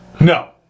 No